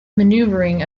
maneuvering